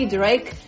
Drake